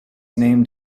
named